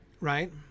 right